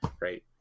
right